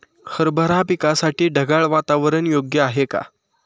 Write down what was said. हरभरा पिकासाठी ढगाळ वातावरण योग्य आहे का?